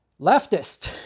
leftist